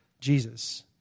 Jesus